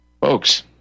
folks